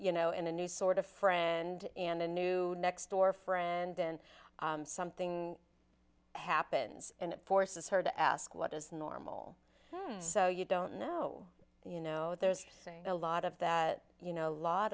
you know in a new sort of friend and a new next door for a and then something happens and it forces her to ask what is normal so you don't know you know there's a lot of that you know a lot